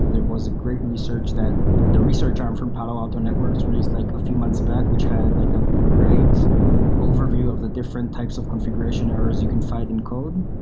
there was a great research that the research arm from palo alto networks released like a few months back which had like a great overview of the different types of configuration errors you can find in code.